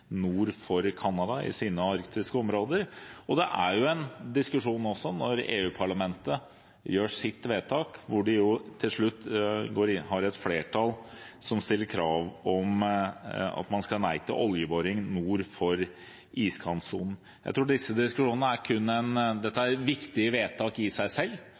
nord for Canada i sine arktiske områder. Det er en diskusjon også når EU-parlamentet gjør sitt vedtak, hvor de jo til slutt har et flertall som stiller krav om at man skal si nei til oljeboring nord for iskantsonen. Dette er viktige vedtak i seg selv, men det er også viktige vedtak som Norge og Stortinget må forholde seg